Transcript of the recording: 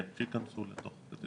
כן, שייכנסו לזה.